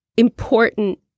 important